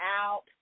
out